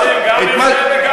אנחנו עושים גם את זה וגם את זה.